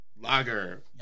Lager